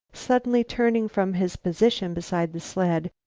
suddenly turning from his position beside the sled,